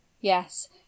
yes